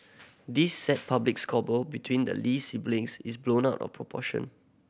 this sad public squabble between the Lee siblings is blown out of proportion